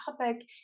topic